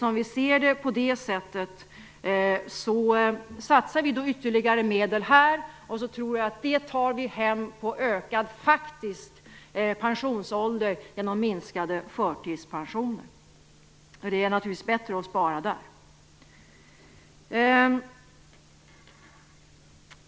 Därför satsar vi ytterligare medel för detta. Jag tror att vi tar hem detta genom en ökad faktisk pensionsålder och med minskade förtidspensioner. Det är naturligtvis bättre att göra besparingarna där.